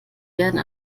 werden